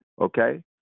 Okay